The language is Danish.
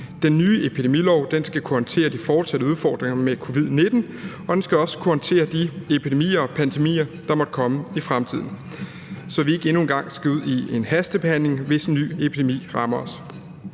Den nye epidemilov skal kunne håndtere de fortsatte udfordringer med covid-19, og den skal også kunne håndtere de epidemier og pandemier, der måtte komme i fremtiden, så vi ikke endnu en gang skal ud i en hastebehandling, hvis en ny epidemi rammer os.